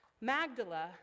Magdala